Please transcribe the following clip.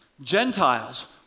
Gentiles